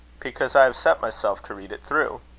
because i have set myself to read it through.